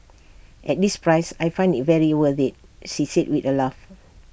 at this price I find IT very worth IT she said with A laugh